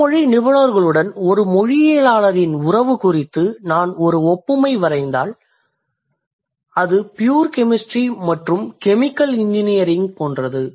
பிறமொழி நிபுணர்களுடன் ஒரு மொழியியலாளரின் உறவு குறித்து நான் ஒரு ஒப்புமை வரைந்தால் அது பியூர் கெமிஸ்டிரி மற்றும் கெமிக்கல் இன்ஜினியரிங் போன்றது